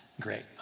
great